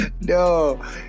No